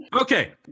okay